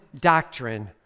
doctrine